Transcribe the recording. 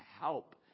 help